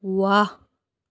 ವಾಹ್